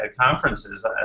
conferences